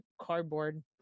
cardboard